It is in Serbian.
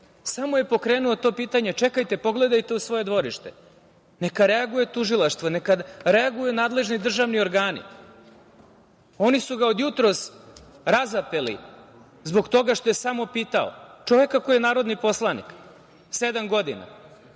Samo je pokrenuo to pitanje - čekajte, pogledajte u svoje dvorište, neka reaguje tužilaštvo, neka reaguju nadležni državni organi. Oni su ga od jutros razapeli zbog toga što je samo pitao, čoveka koji je narodni poslanik sedam godina.